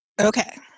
Okay